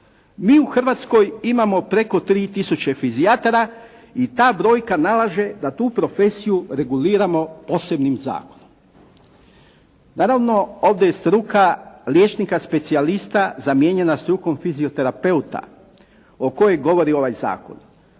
i u Hrvatskoj imamo preko tri tisuće fizijatara i ta brojka nalaže da tu profesiju reguliramo posebnim zakonom. Naravno ovdje je struka liječnika specijalista zamijenjena strukom fizioterapeuta o kojem govori ovaj zakon.